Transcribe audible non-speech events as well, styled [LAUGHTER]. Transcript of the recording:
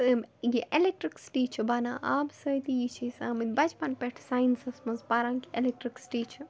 [UNINTELLIGIBLE] یہِ اٮ۪لیکٹرٛکسِٹی چھِ بَنان آبہٕ سۭتی یہِ چھِ أسۍ آمٕتۍ بَچپَن پٮ۪ٹھ ساینَسَس منٛز پَران کہِ اٮ۪لیکٹٕرٛکسِٹی چھِ